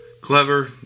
clever